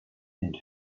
and